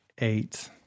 eight